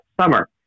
summer